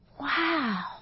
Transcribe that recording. Wow